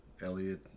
Elliot